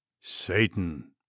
Satan